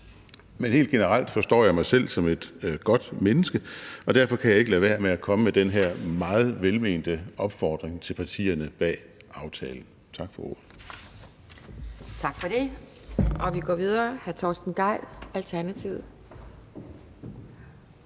men helt generelt forstår jeg mig selv som et godt menneske, og derfor kan jeg ikke lade være med at komme med den her meget velmente opfordring til partierne bag aftalen. Tak for ordet. Kl. 12:43 Anden næstformand (Pia Kjærsgaard):